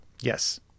Yes